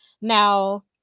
Now